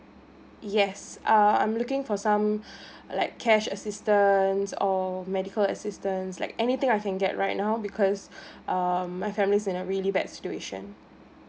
yes uh I'm looking for some like cash assistance or medical assistance like anything I can get right now because um my family's in a really bad situation